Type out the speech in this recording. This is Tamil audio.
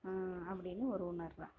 அப்படின்னு ஒரு உணர்வு